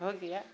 हो गया